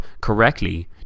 correctly